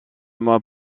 mois